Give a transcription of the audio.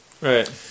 Right